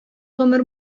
гомер